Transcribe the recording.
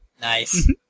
Nice